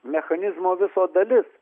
mechanizmo viso dalis